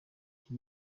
iki